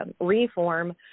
reform